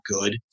good